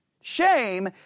shame